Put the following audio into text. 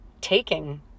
taking